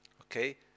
Okay